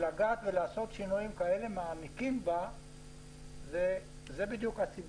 לגעת ולעשות שינויים כאלה מעמיקים בה זה מסובך.